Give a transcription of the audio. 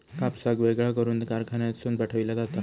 कापसाक वेगळा करून कारखान्यातसून पाठविला जाता